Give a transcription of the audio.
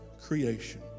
creation